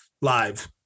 live